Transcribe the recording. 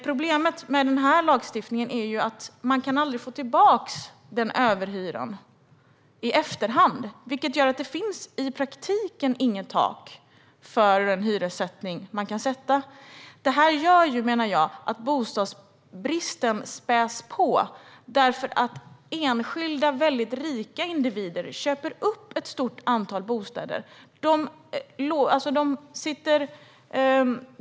Problemet med lagstiftningen är att man aldrig kan få tillbaka överhyran i efterhand, vilket gör att det i praktiken inte finns något tak för hyressättningen. Det gör att bostadsbristen späs på. Enskilda rika individer köper upp ett stort antal bostäder.